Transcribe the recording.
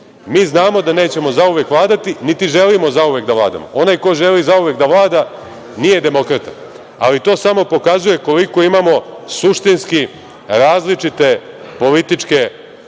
Mi znamo da nećemo zauvek vladati, niti želim zauvek da vladamo. Onaj ko želi zauvek da vlada nije demokrata, ali to samo pokazuje koliku imamo suštinski različite političke koncepcije.